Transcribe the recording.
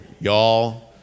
y'all